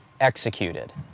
executed